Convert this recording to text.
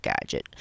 gadget